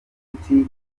ubucuti